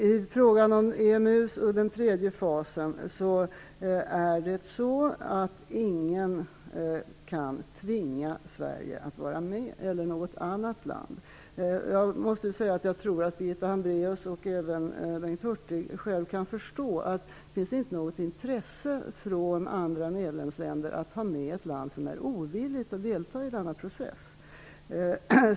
När det gäller EMU och den tredje fasen vill jag säga att ingen kan tvinga Sverige eller något annat land att vara med. Jag tror att Birgitta Hambraeus och även Bengt Hurtig själva kan förstå att det inte finns något intresse från andra medlemsländer av att ha med ett land som är ovilligt att delta i denna process.